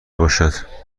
باشد